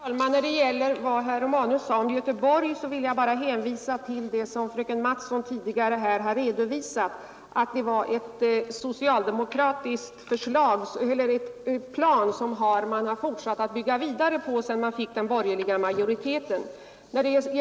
Fru talman! Beträffande det som herr Romanus sade om Göteborg vill jag bara hänvisa till vad fröken Mattson tidigare sagt, nämligen att det är en socialdemokratisk plan som man fortsatt att bygga vidare på, sedan man fick borgerlig majoritet i Göteborg.